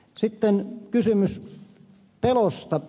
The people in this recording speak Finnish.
sitten on kysymys pelosta